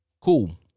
Cool